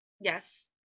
Yes